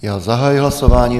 Já zahajuji hlasování.